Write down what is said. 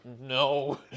no